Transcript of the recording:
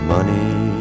Money